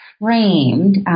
framed